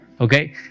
okay